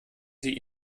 sie